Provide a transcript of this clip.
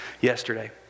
yesterday